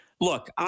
Look